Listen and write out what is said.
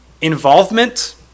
Involvement